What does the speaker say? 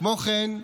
כמו כן,